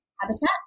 Habitat